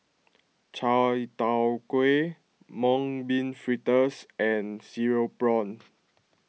Chai Tow Kuay Mung Bean Fritters and Cereal Prawns